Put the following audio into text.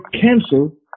cancel